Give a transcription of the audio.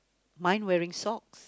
mine wearing socks